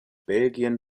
belgien